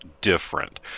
different